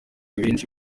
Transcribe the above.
benshi